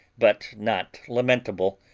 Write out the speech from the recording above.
but not lamentable,